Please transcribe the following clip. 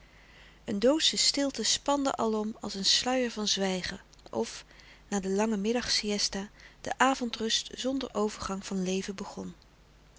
een doodsche stilte spande alom als een sluier van zwijgen of na de lange middagsiësta de avondrust zonder overgang van leven begon